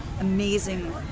amazing